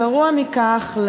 גרוע מכך,